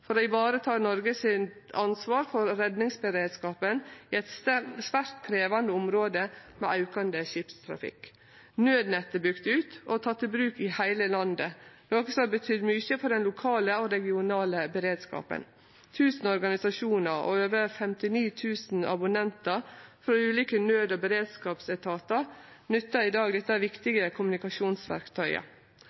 for å vareta ansvaret til Noreg for redningsberedskapen i eit svært krevjande område med aukande skipstrafikk. Naudnettet er bygd ut og teke i bruk i heile landet, noko som har betydd mykje for den lokale og regionale beredskapen. 1 000 organisasjonar og over 59 000 abonnentar frå ulike naud- og beredskapsetatar nyttar i dag dette viktige kommunikasjonsverktøyet.